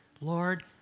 Lord